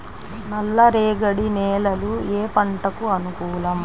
నల్ల రేగడి నేలలు ఏ పంటకు అనుకూలం?